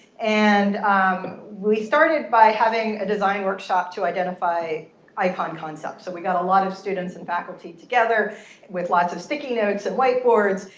and we started by having a design workshop to identify icon concepts. so we got a lot of students and faculty together with lots of sticky notes and whiteboards.